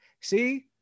See